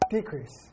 Decrease